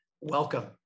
Welcome